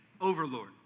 overlord